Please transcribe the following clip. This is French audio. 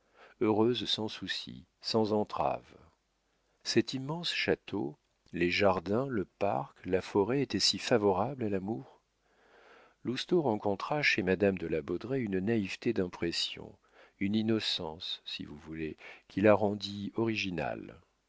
heureuse sans soucis sans entraves cet immense château les jardins le parc la forêt étaient si favorables à l'amour lousteau rencontra chez madame de la baudraye une naïveté d'impression une innocence si vous voulez qui la rendit originale